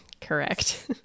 correct